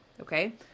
okay